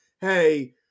hey